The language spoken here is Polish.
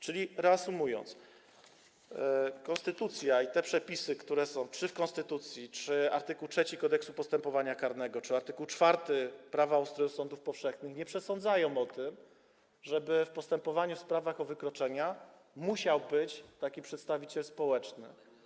Czyli reasumując: konstytucja i te przepisy, które są w konstytucji, czy art. 3 Kodeksu postępowania karnego, czy art. 4 Prawa o ustroju sądów powszechnych nie przesądzają o tym, żeby w postępowaniu w sprawach o wykroczenia musiał być taki przedstawiciel społeczny.